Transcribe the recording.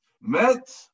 Met